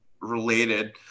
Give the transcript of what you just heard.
related